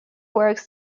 works